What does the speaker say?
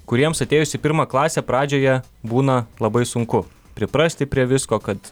kuriems atėjus į pirmą klasę pradžioje būna labai sunku priprasti prie visko kad